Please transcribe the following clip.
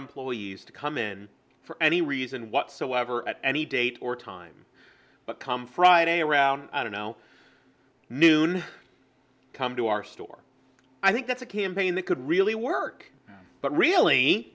employees to come in for any reason whatsoever at any date or time but come friday around i don't know noon come to our store i think that's a campaign that could really work but really